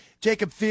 Jacob